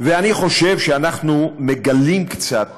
אני חושב שאנחנו מגלים קצת